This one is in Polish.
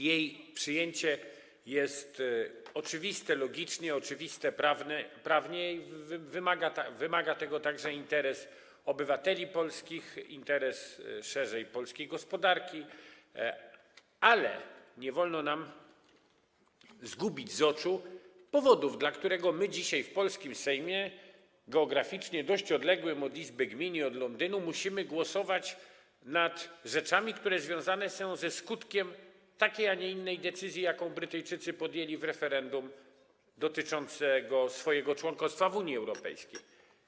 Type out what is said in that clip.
Jego przyjęcie jest oczywiste logicznie, oczywiste prawnie i wymaga tego także interes obywateli polskich, szerzej, interes polskiej gospodarki, ale nie wolno nam stracić z oczu powodu, dla którego my dzisiaj w polskim Sejmie, geograficznie dość odległym od Izby Gmin i od Londynu, musimy głosować nad rzeczami, które związane są ze skutkiem takiej, a nie innej decyzji, jaką Brytyjczycy podjęli w referendum dotyczącym ich członkostwa w Unii Europejskiej.